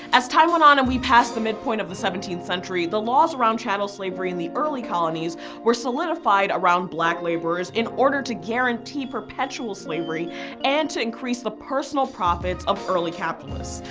as time went on and we pass the midpoint of the seventeenth century, the laws around chattel slavery in the early colonies were solidified around black laborers in order to guarantee perpetual slavery and to increase the personal profits of early capitalists.